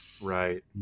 right